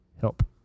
help